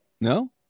no